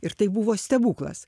ir tai buvo stebuklas